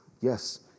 Yes